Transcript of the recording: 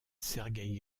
sergueï